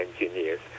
engineers